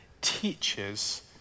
teaches